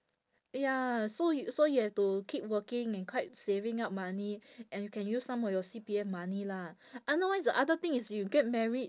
ya so you so you have to keep working and quite saving up money and can you use some of your C_P_F money lah otherwise the other thing is you get married